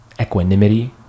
equanimity